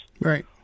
Right